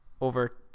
over